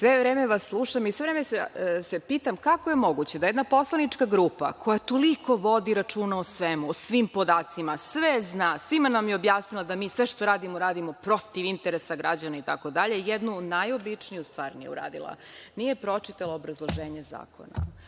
Sve vreme vas slušam i sve vreme se pitam kako je moguće da jedna poslanička grupa koja toliko vodi računa o svemu, o svim podacima, sve zna, svima nam je objasnila da mi sve što radimo, radimo protiv interesa građana itd, a jednu najobičniju stvar nije uradila – nije pročitala obrazloženje zakona.U